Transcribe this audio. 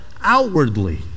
outwardly